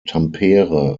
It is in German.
tampere